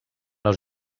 els